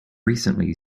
recently